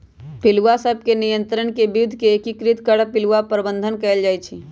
पिलुआ सभ के नियंत्रण के विद्ध के एकीकृत कर पिलुआ प्रबंधन कएल जाइ छइ